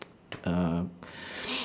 uh